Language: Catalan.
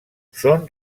són